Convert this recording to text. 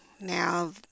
now